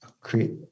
create